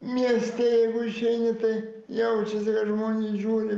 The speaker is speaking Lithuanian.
mieste jeigu išeini tai jaučiasi kad žmonės žiūri